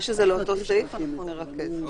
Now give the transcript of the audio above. מה שלאותו סעיף, אנחנו נרכז.